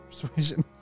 Persuasion